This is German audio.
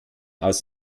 aus